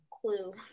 clue